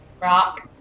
rock